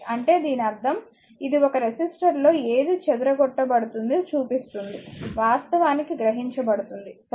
అంటే దీని అర్ధం ఇది ఒక రెసిస్టర్లో ఏది చెదరగొట్టబడింది చూపిస్తుంది వాస్తవానికి గ్రహించబడుతుంది సరే